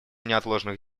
неотложных